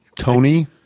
Tony